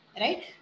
right